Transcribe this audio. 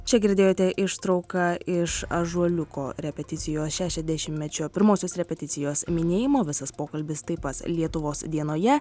čia girdėjote ištrauką iš ąžuoliuko repeticijos šešiasdešimtmečio pirmosios repeticijos minėjimo visas pokalbis taip pat lietuvos dienoje